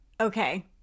okay